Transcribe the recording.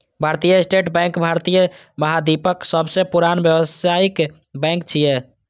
भारतीय state bank भारतीय महाद्वीपक सबसं पुरान व्यावसायिक बैंक छियै